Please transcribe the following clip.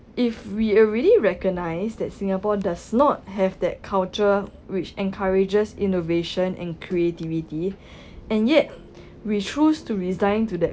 if we already recognise that singapore does not have that culture which encourages innovation and creativity and yet we choose to resign to that